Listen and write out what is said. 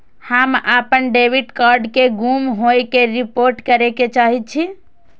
हम अपन debit card के गुम होय के रिपोर्ट करे के चाहि छी